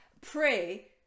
pray